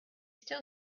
still